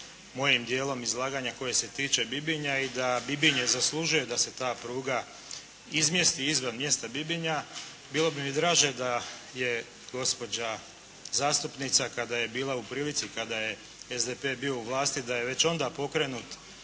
mojim dijelom koji se tiče Bibinja i da Bibinje zaslužuje da se ta pruga izmjesti izvan mjesta Bibinja. Bilo bi mi draže da je gospođa zastupnica kad je bila u prilici kada je SDP bio u vlasti da je već onda pokrenut